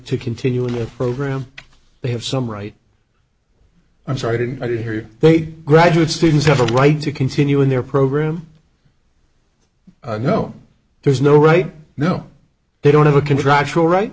to continue a program they have some right i'm sorry i didn't i didn't hear they graduate students have a right to continue in their program no there's no right no they don't have a contractual right